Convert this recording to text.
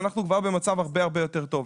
אנחנו כבר במצב הרבה יותר טוב.